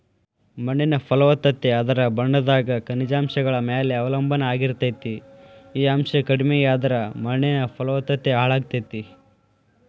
ಮಣ್ಣಿನ ಫಲವತ್ತತೆ ಅದರ ಬಣ್ಣದಾಗ ಖನಿಜಾಂಶಗಳ ಮ್ಯಾಲೆ ಅವಲಂಬನಾ ಆಗಿರ್ತೇತಿ, ಈ ಅಂಶ ಕಡಿಮಿಯಾದ್ರ ಮಣ್ಣಿನ ಫಲವತ್ತತೆ ಹಾಳಾಗ್ತೇತಿ